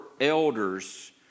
elders